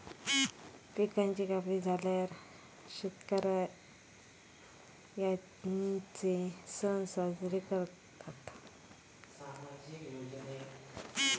पिकांची कापणी झाल्यार शेतकर्यांचे सण साजरे करतत